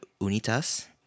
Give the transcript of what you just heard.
Unitas